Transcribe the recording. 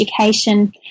education